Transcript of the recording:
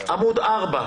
עמוד 4,